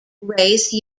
raise